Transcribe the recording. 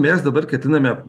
mes dabar ketiname